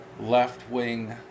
left-wing